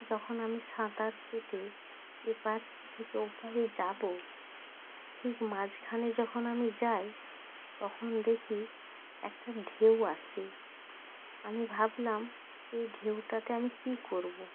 যখন আমি সাঁতার কেটে এপাড় থেকে ওপাড়ে যাবো ঠিক মাঝখানে যখন আমি যাই তখন দেখি একটা ঢেউ আসছে আমি ভাবলাম যে ঢেউটাতে আমি কী করবো